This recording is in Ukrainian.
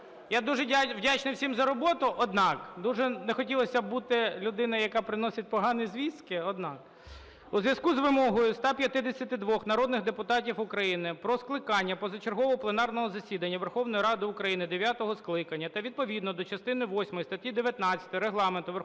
я дуже вдячний всім за роботу, однак дуже б не хотілося бути людиною, яка приносить погані звістки. Однак у зв'язку з вимогою 152 народних депутатів України про скликання позачергового пленарного засідання Верховної Ради України дев'ятого скликання та відповідно до частини восьмої статті 19 Регламенту Верховної